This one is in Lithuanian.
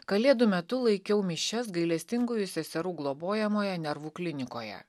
kalėdų metu laikiau mišias gailestingųjų seserų globojamoje nervų klinikoje